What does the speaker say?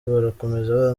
barakomeza